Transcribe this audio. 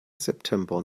september